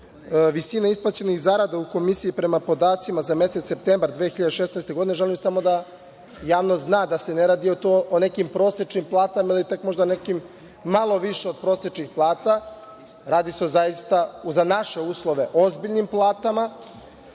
visina isplaćenih zarada u Komisiji prema podacima za mesec septembar 2016. godine. Želim samo da javnost zna se ne radi tu o nekim prosečnim platama ili tek možda nekim malo više od prosečnih plata. Radi se o zaista za naše uslove ozbiljnim platama.